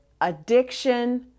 addiction